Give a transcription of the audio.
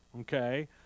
Okay